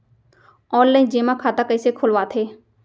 Online जेमा खाता कइसे खोलवाथे?